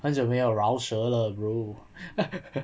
很久没有饶舌了 bro